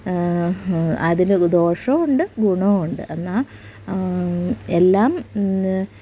അതിന് ദോഷവുമുണ്ട് ഗുണവുമുണ്ട് എന്നാല് എല്ലാം